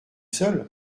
seul